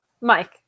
Mike